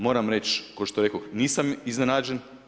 Moram reći, kao što rekoh, nisam iznenađen.